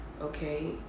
Okay